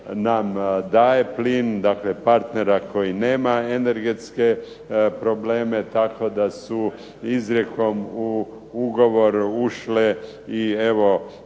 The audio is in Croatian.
nam daje plin, dakle partnera koji nema energetske probleme. Tako da su izrijekom u ugovor ušle i evo